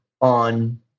on